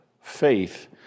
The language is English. faith